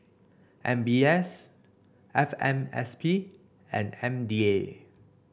M B S F M S P and M D A